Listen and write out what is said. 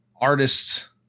artists